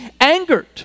angered